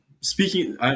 Speaking